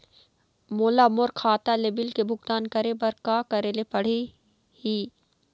मोला मोर खाता ले बिल के भुगतान करे बर का करेले पड़ही ही?